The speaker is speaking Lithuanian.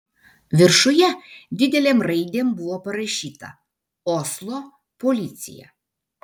viršuje didelėm raidėm buvo parašyta oslo policija